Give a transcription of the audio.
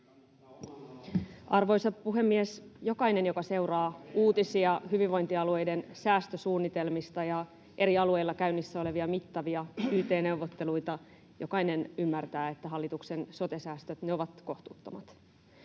Arvoisa puhemies! Jokainen, joka seuraa uutisia hyvinvointialueiden säästösuunnitelmista ja eri alueilla käynnissä olevia mittavia yt-neuvotteluita, ymmärtää, että hallituksen sote-säästöt ovat kohtuuttomat.